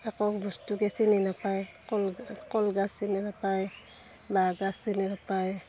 একো বস্তুকে চিনি নেপায় কল কলগাছ চিনি নেপায় বাঁহগাজ চিনি নেপায়